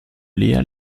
léa